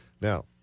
Now